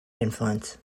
influence